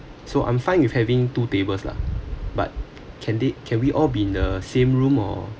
so I'm fine with having two tables lah but can they can we all be in the same room or